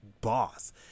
boss